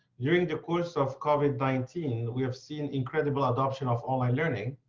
during the course of covid nineteen, we have seen incredible adoption of online learning.